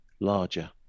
larger